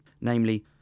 Namely